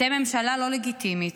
אתם ממשלה לא לגיטימית.